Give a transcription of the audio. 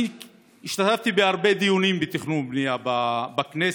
אני השתתפתי בהרבה דיונים בתכנון ובנייה בכנסת,